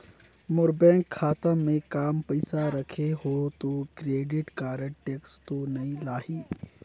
मोर bank खाता मे काम पइसा रखे हो तो क्रेडिट कारड टेक्स तो नइ लाही???